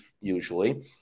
usually